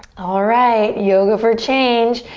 alright, yoga for change.